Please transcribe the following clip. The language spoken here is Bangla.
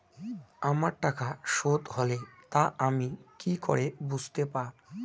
আমার টাকা শোধ হলে তা আমি কি করে বুঝতে পা?